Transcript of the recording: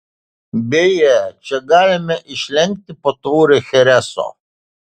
beje čia galime išlenkti po taurę chereso